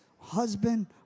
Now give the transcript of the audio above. Husband